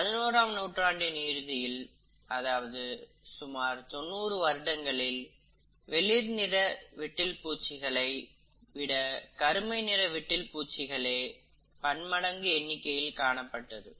19ஆம் நூற்றாண்டின் இறுதியில் அதாவது சுமார் 90 வருடங்களில் வெளிர்நிற விட்டில் பூச்சிகளை விட கருமைநிற விட்டில் பூச்சிகள் பன்மடங்கு எண்ணிக்கையில் காணப்பட்டது